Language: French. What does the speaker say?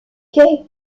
kay